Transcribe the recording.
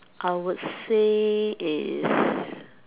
I would say is